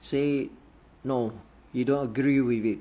say no you don't agree with it